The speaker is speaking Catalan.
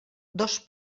dos